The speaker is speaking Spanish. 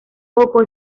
coco